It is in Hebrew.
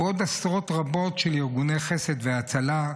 ועוד עשרות רבות של ארגוני חסד והצלה,